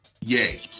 Yay